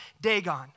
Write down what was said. Dagon